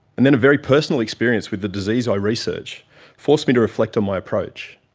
and then a very personal experience with a disease i research forced me to reflect on my approach,